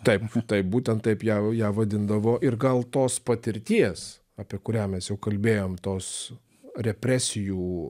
taip taip būtent taip jav ją vadindavo ir gal tos patirties apie kurią mes jau kalbėjom tos represijų